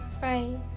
Bye